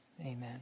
Amen